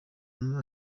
umwe